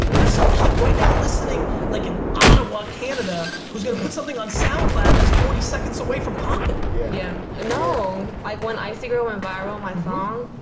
there's some kid right now listening like in ottawa, canada, who's gonna put something on soundcloud that's forty seconds away from poppin'. yeah. yeah and no, like when icy girl viral, my song,